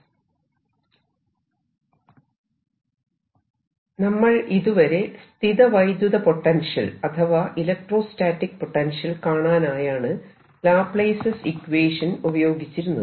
Laplace's equation ചില ഭൌതിക പ്രതിഭാസങ്ങളിൽ നമ്മൾ ഇതുവരെ സ്ഥിതവൈദ്യുത പൊട്ടൻഷ്യൽ അഥവാ ഇലക്ട്രോസ്റ്റാറ്റിക് പൊട്ടൻഷ്യൽ കാണാനായാണ് ലാപ്ലേസസ് ഇക്വേഷൻ Laplace's equation ഉപയോഗിച്ചിരുന്നത്